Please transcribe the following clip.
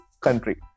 country